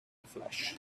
flesh